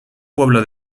pueblo